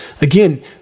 Again